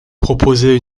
proposait